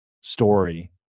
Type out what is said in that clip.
story